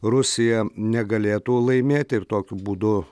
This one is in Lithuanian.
rusija negalėtų laimėti ir tokiu būdu